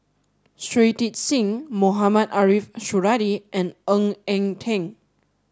Shui Tit Sing Mohamed Ariff Suradi and Ng Eng Teng